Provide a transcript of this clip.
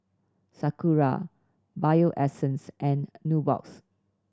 Sakura Bio Essence and Nubox